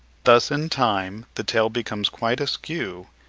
thus in time the tail becomes quite askew,